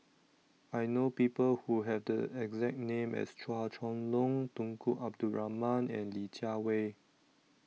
I know People Who Have The exact name as Chua Chong Long Tunku Abdul Rahman and Li Jiawei